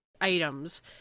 items